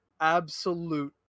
absolute